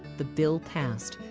the bill passed.